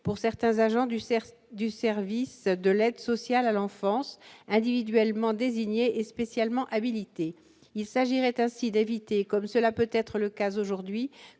pour certains agents du service du service de l'aide sociale à l'enfance, individuellement désignés et spécialement habilités, il s'agirait ainsi d'avis comme cela peut-être le cas aujourd'hui,